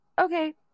Okay